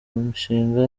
imishinga